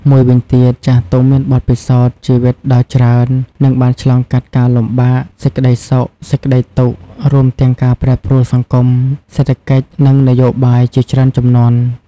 មួយវិញទៀតចាស់ទុំមានបទពិសោធន៍ជីវិតដ៏ច្រើន និងបានឆ្លងកាត់ការលំបាក សេចក្ដីសុខ សេចក្ដីទុក្ខ រួមទាំងការប្រែប្រួលសង្គម សេដ្ឋកិច្ច និងនយោបាយជាច្រើនជំនាន់។